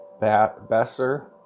Besser